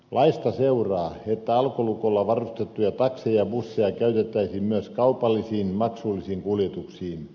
laista seuraa että alkolukolla varustettuja takseja ja busseja käytettäisiin myös kaupallisiin maksullisiin kuljetuksiin